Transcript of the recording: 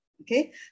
Okay